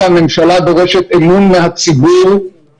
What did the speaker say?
האם נכון להסמיך פה את שירות הביטחון?